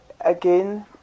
again